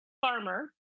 farmer